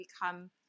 become